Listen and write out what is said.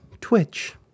Twitch